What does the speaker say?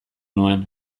nuen